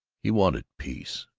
he wanted peace.